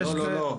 לא, לא.